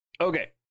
Okay